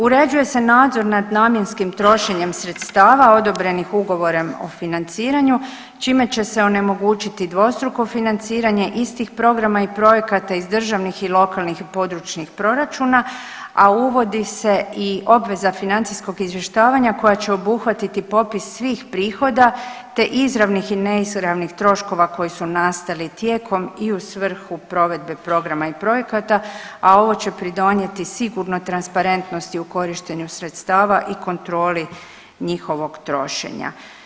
Uređuje se nadzor nad namjenskim trošenjem sredstava odobrenih ugovorom o financiranju čime će se onemogućiti dvostruko financiranje istih programa i projekata iz državnih i lokalnih i područnih proračuna, a uvodi se i obveza financijskog izvještavanja koja će obuhvatiti popis svih prihoda te izravnih i neizravnih troškova koji su nastali tijekom i u svrhu provedbe programa i projekata, a ovo će pridonijeti sigurno transparentnosti u korištenju sredstava i kontroli njihovog trošenja.